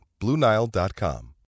BlueNile.com